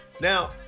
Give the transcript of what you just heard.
Now